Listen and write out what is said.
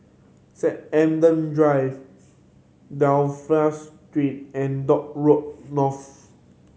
Adam Drive Street and Dock Road North